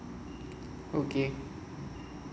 okay